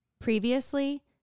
previously